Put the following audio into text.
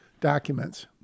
documents